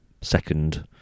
second